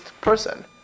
person